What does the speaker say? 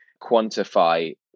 quantify